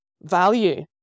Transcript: value